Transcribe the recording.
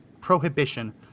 prohibition